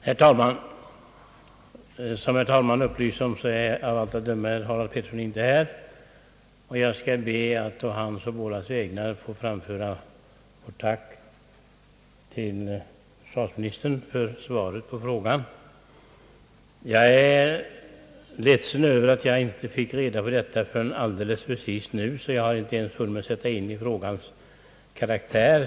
Herr talman! Eftersom herr Harald Pettersson inte är närvarande skall jag be att på hans och mina egna vägar få framföra ett tack till försvarsministern för svaret på frågan. Jag är ledsen över att jag inte blev underrättad förrän alldeles precis nu, och jag har därför inte hunnit sätta mig in i frågans karaktär.